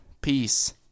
Peace